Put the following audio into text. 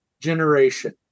generation